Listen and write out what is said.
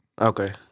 Okay